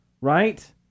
right